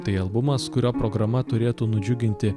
tai albumas kurio programa turėtų nudžiuginti